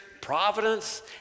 providence